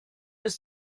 ist